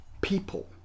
people